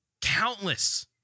countless